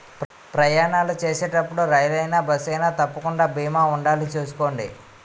ప్రయాణాలు చేసేటప్పుడు రైలయినా, బస్సయినా తప్పకుండా బీమా ఉండాలి చూసుకోండి